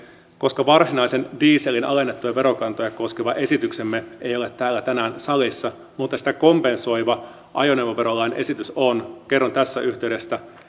koska varsinainen dieselin alennettuja verokantoja koskeva esityksemme ei ole tänään täällä salissa mutta sitä kompensoiva ajoneuvoverolain esitys on kerron tässä yhteydessä